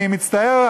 אני מצטער,